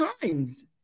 times